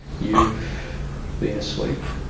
you've been asleep,